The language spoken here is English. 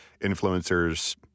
influencers